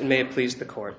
may please the court